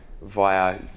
via